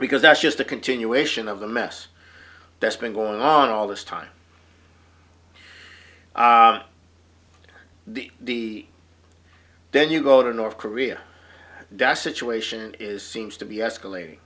because that's just a continuation of the mess best been going on all this time the then you go to north korea just situation is seems to be escalating